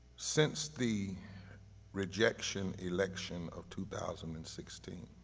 since the rejection election of two thousand and sixteen